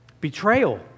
betrayal